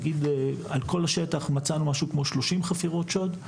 נגיד על כל השטח מצאנו משהו כמו 30 חפירות שוד,